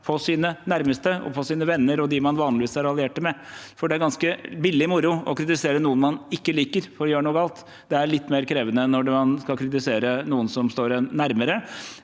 for sine nærmeste, for sine venner og for dem man vanligvis er alliert med, for det er en ganske billig moro å kritisere noen man ikke liker, for å gjøre noe galt, det er litt mer krevende når man skal kritisere noen som står en